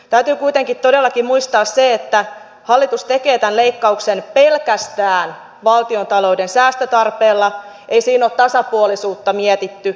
täytyy kuitenkin todellakin muistaa se että hallitus tekee tämän leikkauksen pelkästään valtiontalouden säästötarpeella ei siinä ole tasapuolisuutta mietitty